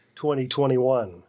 2021